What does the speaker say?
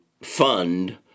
fund